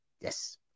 Yes